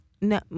No